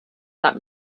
that